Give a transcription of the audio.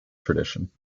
tradition